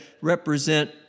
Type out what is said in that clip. represent